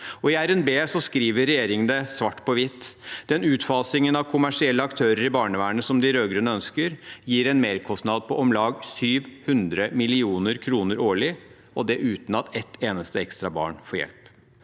skriver regjeringen svart på hvitt at utfasingen av kommersielle aktører i barnevernet som de rød-grønne ønsker, gir en merkostnad på om lag 700 mill. kr årlig, og det uten at ett eneste ekstra barn får hjelp.